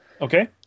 Okay